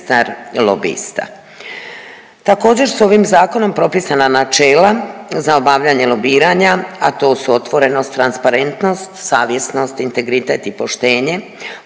Također su ovim zakonom propisana načela za obavljanje lobiranja, a to su otvorenost, transparentnost, savjesnost, integritet i poštenje.